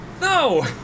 No